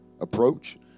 Approach